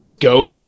go